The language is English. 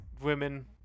women